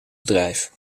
bedrijf